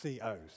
COs